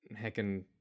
heckin